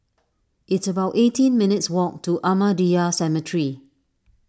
it's about eighteen minutes' walk to Ahmadiyya Cemetery